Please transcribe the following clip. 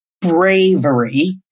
bravery